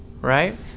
right